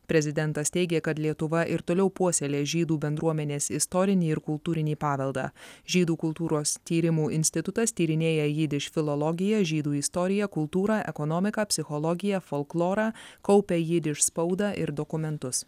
prezidentas teigė kad lietuva ir toliau puoselės žydų bendruomenės istorinį ir kultūrinį paveldą žydų kultūros tyrimų institutas tyrinėja jidiš filologiją žydų istoriją kultūrą ekonomiką psichologiją folklorą kaupia jidiš spaudą ir dokumentus